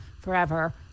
forever